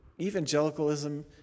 evangelicalism